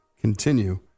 continue